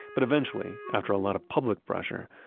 but eventually, after a lot of public pressure,